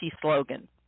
slogan